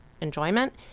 enjoyment